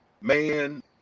man